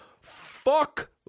Fuck